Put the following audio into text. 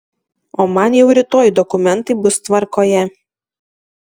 o man jau rytoj dokumentai bus tvarkoje